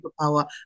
superpower